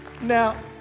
Now